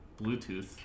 Bluetooth